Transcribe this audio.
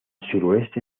suroeste